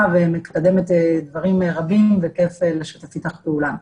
ומקדמת דברים רבים וכיף לשתף איתך פעולה.